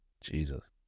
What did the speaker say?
Jesus